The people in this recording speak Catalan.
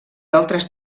altres